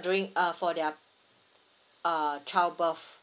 during uh for their uh child birth